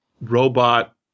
robot